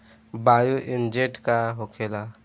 Bio agent का होखेला?